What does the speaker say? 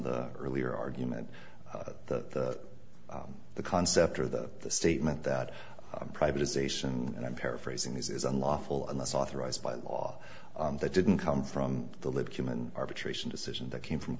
the earlier argument the the concept or the the statement that privatization and i'm paraphrasing these is unlawful unless authorized by law that didn't come from the live human arbitration decision that came from